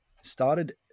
Started